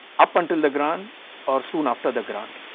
up until the grant or soon after the grant.